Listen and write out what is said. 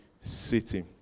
city